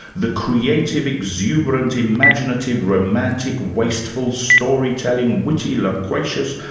the creative, exuberant, imaginative, romantic, wasteful, storytelling, witty, loquacious,